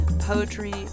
Poetry